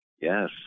Yes